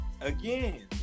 Again